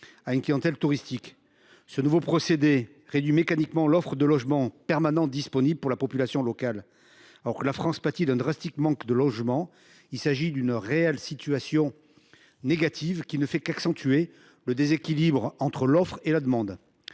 à une clientèle touristique. Ce nouveau procédé réduit mécaniquement l’offre de logements permanents disponibles pour la population locale. Alors que la France pâtit d’un fort manque de logements, cette situation négative ne fait qu’accentuer le déséquilibre entre l’offre et la demande.